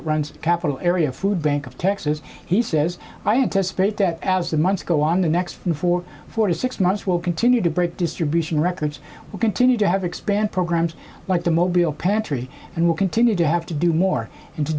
devonport runs capital area food bank of texas he says i anticipate that as the months go on the next four four to six months will continue to break distribution records we continue to have expand programs like the mobile pantry and will continue to have to do more and to